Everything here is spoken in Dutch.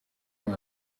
dan